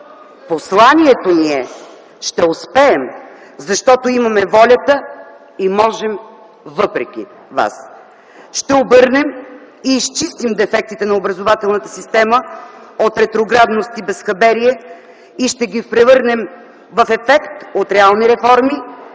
Посланието ни е – ще успеем, защото имаме волята и можем, въпреки вас. Ще обърнем и изчистим дефектите на образователната система от ретроградност и безхаберие и ще ги превърнем в ефект от реални реформи,